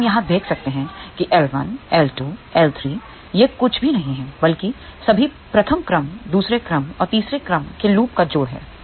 तो हम यहाँ देख सकते हैं L L L ये कुछ भी नहीं हैं बल्कि सभी प्रथम क्रम दूसरे क्रम और तीसरे क्रम के लूप का जोड़ है